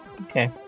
Okay